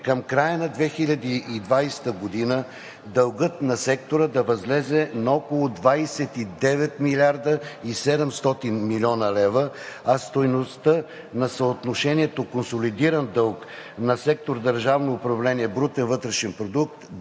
към края на 2020 г. дългът на сектора да възлезе на около 29 млрд. 700 млн. лв., а стойността на съотношението консолидиран дълг на сектор „Държавно управление“ – брутен вътрешен продукт